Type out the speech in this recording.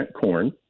corn